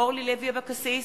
אורלי לוי אבקסיס,